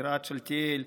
יראת שלתיאל,